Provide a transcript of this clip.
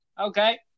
Okay